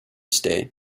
stay